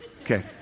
Okay